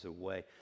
away